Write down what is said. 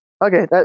Okay